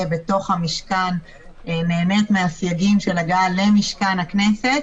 בתוך המשכן נהנית מהסייגים שנגעו למשכן הכנסת,